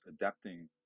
adapting